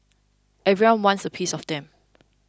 everyone wants a piece of them